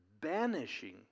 banishing